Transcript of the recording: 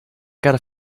gotta